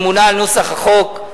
הממונה על נוסח החוק.